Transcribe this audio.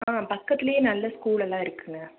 ஆ பக்கத்துலேயே நல்ல ஸ்கூல் எல்லாம் இருக்குங்க